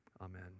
Amen